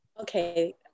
Okay